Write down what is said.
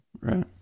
right